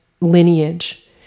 lineage